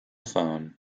phone